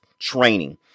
training